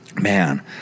man